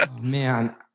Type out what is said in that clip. Man